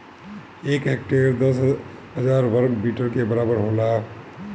एक हेक्टेयर दस हजार वर्ग मीटर के बराबर होला